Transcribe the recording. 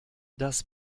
das